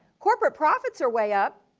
corporate profits are way up,